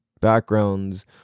backgrounds